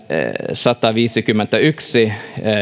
kolmesataaviisikymmentäyksi